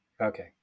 Okay